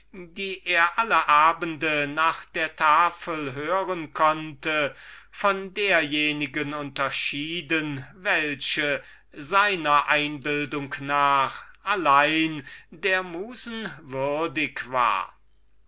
die er alle abende nach der tafel hören konnte von derjenigen unterschieden die seiner einbildung nach allein der musen würdig war